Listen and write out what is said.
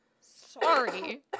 Sorry